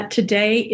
today